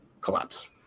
collapse